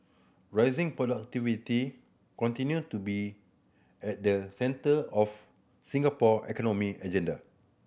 raising productivity continue to be at the centre of Singapore economic agenda